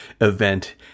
event